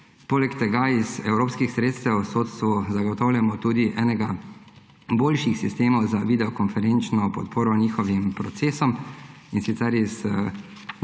Poleg tega iz evropskih sredstev sodstvu zagotavljamo tudi enega boljših sistemov za videokonferenčno podporo njihovim procesom. Iz